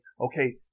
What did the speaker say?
okay